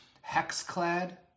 hex-clad